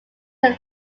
can